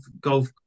golf